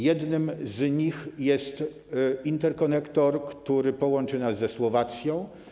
Jednym z nich jest interkonektor, który połączy nas ze Słowacją.